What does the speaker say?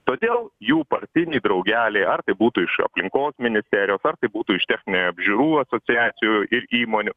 todėl jų partiniai draugeliai ar tai būtų iš aplinkos ministerijos ar tai būtų iš techninė apžiūrų asociacijų ir įmonių